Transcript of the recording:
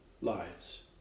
lives